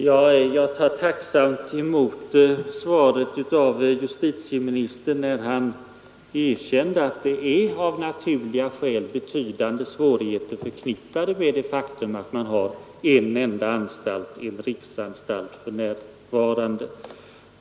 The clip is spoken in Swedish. Herr talman! Jag noterar tacksamt justitieministerns erkännande att det av naturliga skäl är betydande svårigheter förknippade med att det för närvarande finns bara en fångvårdsanstalt för kvinnor.